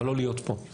אבל לא להיות פה.